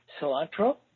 cilantro